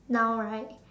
now right